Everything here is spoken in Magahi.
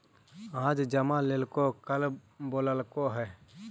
आज जमा लेलको कल बोलैलको हे?